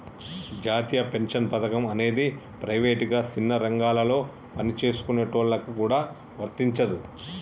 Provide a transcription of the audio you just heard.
జాతీయ పెన్షన్ పథకం అనేది ప్రైవేటుగా సిన్న రంగాలలో పనిచేసుకునేటోళ్ళకి గూడా వర్తించదు